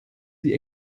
die